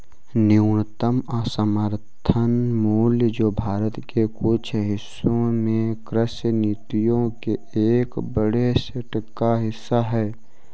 न्यूनतम समर्थन मूल्य जो भारत के कुछ हिस्सों में कृषि नीतियों के एक बड़े सेट का हिस्सा है